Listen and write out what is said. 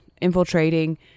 infiltrating